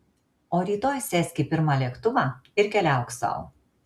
o rytoj sėsk į pirmą lėktuvą ir keliauk sau